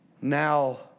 Now